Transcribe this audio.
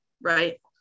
right